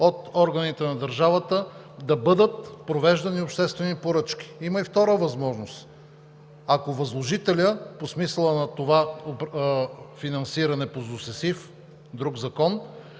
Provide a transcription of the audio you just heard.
от органите на държавата да бъдат провеждани обществени поръчки. Има и втора възможност. По смисъла на това финансиране по ЗУСЕСИФ или друг закон,